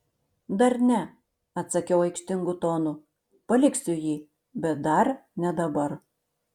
dar ne atsakiau aikštingu tonu paliksiu jį bet dar ne dabar